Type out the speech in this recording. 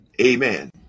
Amen